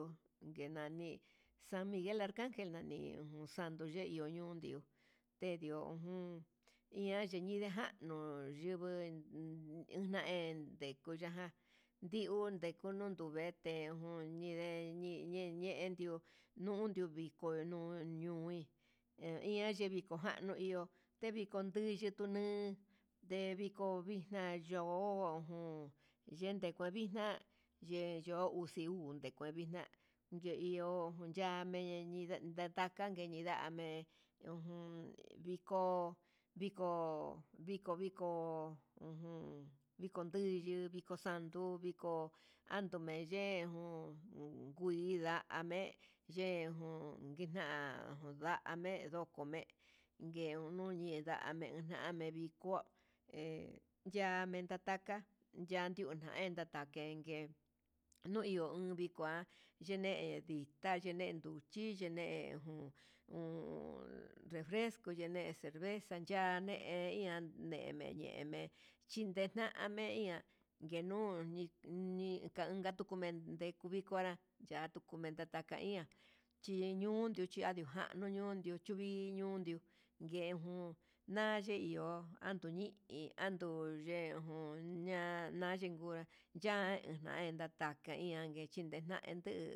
Ho kenana san miguel alcangel nani sando ye'e niu iun ndio tendio jun, nidejanu yunguu naende yundajan n iundu nikunu nunvete ejun ñide ñii yiyen ndendio, nundu viko nuu ñuu ian yee viko, nano iho tevii konditunu ndeviko vixna you ujun, yende vixna'a yeyo uxi uu ngue vixnha yeio oyame ndide ninakan ngue mii nda'a ndame ujun viko ngo viko viko ujun viko nduyu viko sanduu viko ameyen jun nguida'a, ndame yejun nguina ya'a mee ndo kome yenuu nuyida ndame ndame viko'o he yan menda taka, yande enka tandeke nomiho no vikua yenee ndita yenee nduchí, niyene jun uun refresco yene cerveza ya he iha ne'e ndeme ye'e, chinda me'e iha nguinuu nin nin kan katuu kumengue niku vikuu nguracha ndakumenta ta'a ngaian chinunduu chianiu janiu nuu chiniundiu yejun yane iho, atuni hi atu yen jun na'a yandin ngunrá ya'a ngue inata nditike chinandu.